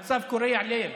שבהם המצב קורע לב.